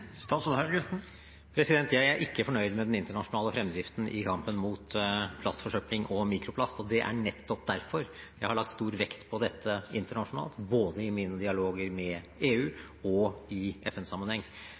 Jeg er ikke fornøyd med den internasjonale fremdriften i kampen mot plastforsøpling og mikroplast, og det er nettopp derfor jeg har lagt stor vekt på dette internasjonalt, både i mine dialoger med